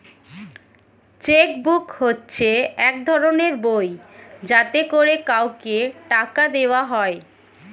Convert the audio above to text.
check book হচ্ছে এক ধরনের বই যাতে করে কাউকে টাকা দেওয়া হয়